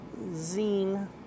zine